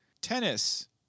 tennis